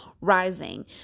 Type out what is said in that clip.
rising